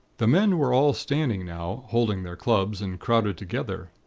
the men were all standing now, holding their clubs, and crowded together.